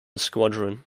squadron